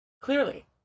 Clearly